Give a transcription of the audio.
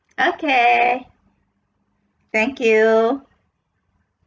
okay thank you